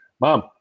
Mom